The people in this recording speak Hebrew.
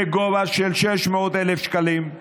בגובה של 600,000 שקלים,